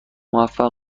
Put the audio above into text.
موفق